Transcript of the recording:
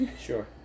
Sure